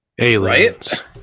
Aliens